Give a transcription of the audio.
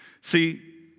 See